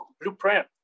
blueprint